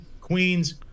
Queens